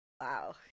wow